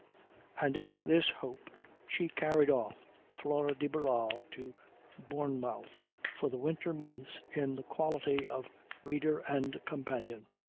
and in this hope she carried off flora de barral to bournemouth for the winter months in the quality of reader and companion.